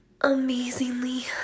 Amazingly